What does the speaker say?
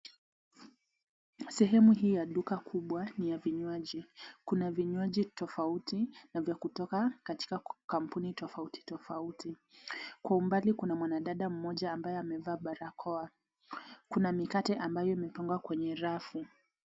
Sehemu hii ya duka kubwa ni ya vinywaji. Kuna vinywaji tofauti tofauti na vya kutoka katika kampuni tofauti tofauti. Kwa umbali kuna mwanadada ambaye amevaa barakoa. Kuna mikate ambayo imepangwa kwenye rafu.